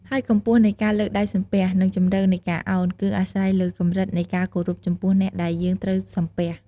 ហើយកម្ពស់នៃការលើកដៃសំពះ និងជម្រៅនៃការឱន គឺអាស្រ័យលើកម្រិតនៃការគោរពចំពោះអ្នកដែលយើងត្រូវសំពះ។